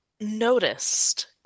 noticed